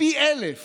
פי אלף